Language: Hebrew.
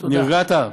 נרגעת?